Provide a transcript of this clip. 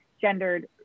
gendered